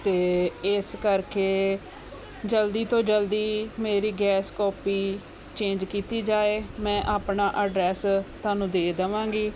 ਅਤੇ ਇਸ ਕਰਕੇ ਜਲਦੀ ਤੋਂ ਜਲਦੀ ਮੇਰੀ ਗੈਸ ਕਾਪੀ ਚੇਂਜ ਕੀਤੀ ਜਾਵੇ ਮੈਂ ਆਪਣਾ ਅਡਰੈਸ ਤੁਹਾਨੂੰ ਦੇ ਦੇਵਾਂਗੀ